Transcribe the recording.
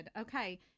Okay